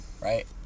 right